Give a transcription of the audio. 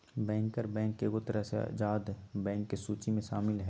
banker bank एगो तरह से आजाद बैंक के सूची मे शामिल हय